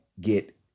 get